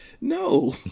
No